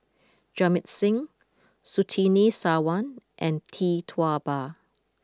Jamit Singh Surtini Sarwan and Tee Tua Ba